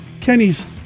Kenny's